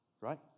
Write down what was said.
Right